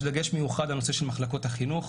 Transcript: יש דגש מיוחד על נושא מחלקות החינוך.